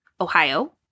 Ohio